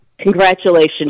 Congratulations